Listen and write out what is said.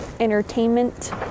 entertainment